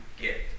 get